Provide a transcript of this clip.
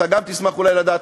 אתה גם תשמח אולי לדעת,